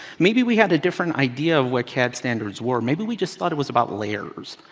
maybe we had a different idea of where cad standards were. maybe, we just thought it was about the layers.